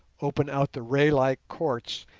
open out the ray-like courts,